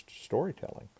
storytelling